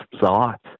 thought